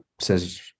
says